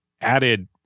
added